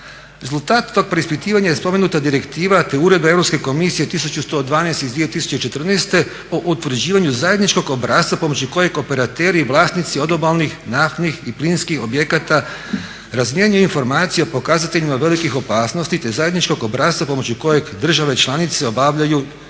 Rezultat tog preispitivanja je spomenuta direktiva te Uredba Europske komisije 112 iz 2014. o utvrđivanju zajedničkog obrasca pomoću kojeg operateri i vlasnici odobalnih, naftnih i plinskih objekata razmjenjuju informacije o pokazateljima velikih opasnosti te zajedničkog obrasca pomoću kojeg države članice objavljuju informacije